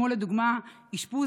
לדוגמה אשפוז,